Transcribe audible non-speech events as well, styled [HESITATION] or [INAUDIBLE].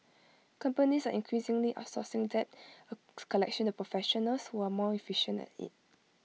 companies are increasingly outsourcing debt [HESITATION] collection to professionals who are more efficient at IT